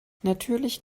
natürlicher